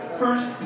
first